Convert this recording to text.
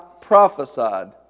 prophesied